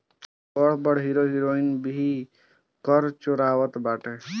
बड़ बड़ hero heroine भी कर चोरावत बाटे